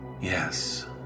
Yes